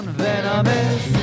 venomous